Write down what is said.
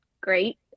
great